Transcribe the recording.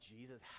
Jesus